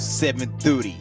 7:30